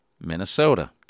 Minnesota